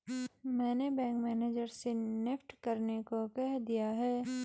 मैंने bank manager से NEFT करने को कह दिया है